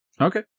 Okay